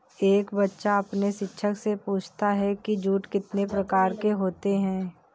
एक बच्चा अपने शिक्षक से पूछता है कि जूट कितने प्रकार के होते हैं?